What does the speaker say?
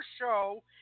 show